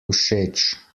všeč